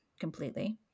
completely